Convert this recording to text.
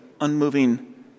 unmoving